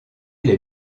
les